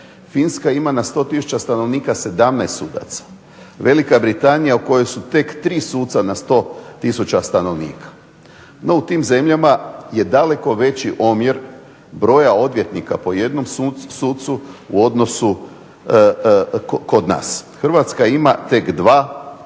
Finska ima na 100000 stanovnika 17 sudaca. Velika Britanija u kojoj su tek 3 suca na 100000 stanovnika. No u tim zemljama je daleko veći omjer broja odvjetnika po jednom sucu u odnosu kod nas. Hrvatska ima tek dva.